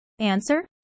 Answer